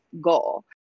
goal